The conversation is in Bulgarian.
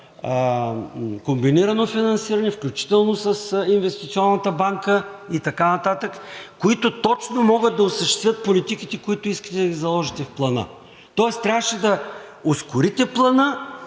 комбинирано финансиране, включително с Инвестиционната банка и така нататък, които точно могат да осъществят политиките, които искате да заложите в Плана, тоест трябваше да ускорите Плана,